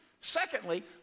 Secondly